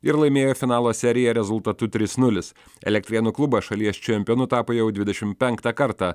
ir laimėjo finalo seriją rezultatu trys nulis elektrėnų klubas šalies čempionu tapo jau dvidešim penktą kartą